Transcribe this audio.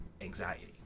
anxiety